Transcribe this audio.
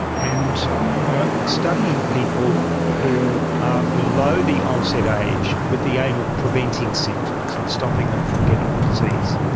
and we are studying people who are below the onset age with the aim of preventing symptoms and stopping them from getting the disease.